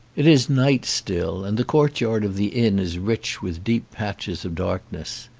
it is night still and the courtyard of the inn is rich with deep patches of darkness.